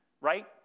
right